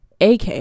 AK